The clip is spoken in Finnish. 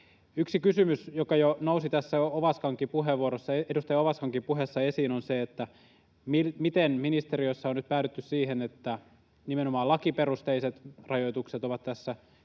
Yksi kysymys, joka nousi jo tässä edustaja Ovaskan puheessa esiin, on se, miten ministeriössä on nyt päädytty siihen, että nimenomaan lakiperusteiset rajoitukset ovat tässä kyseessä